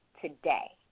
today